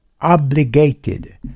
obligated